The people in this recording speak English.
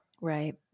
Right